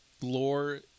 lore